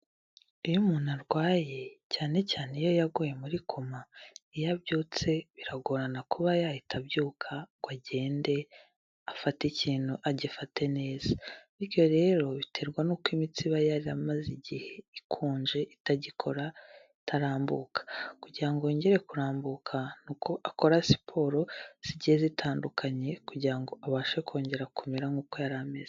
Iyo umuntu arwaye, cyane cyane iyo yaguye muri koma, iyo abyutse biragorana kuba yahita abyuka ngo agende, afate ikintu, agifate neza. Burya rero biterwa n'uko imitsi iba yaramaze igihe ikunje, itagikora, itarambuka. Kugira ngo yongere kurambuka ni uko akora siporo zigiye zitandukanye kugira ngo abashe kongera kumera nkuko yari ameze.